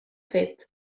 fet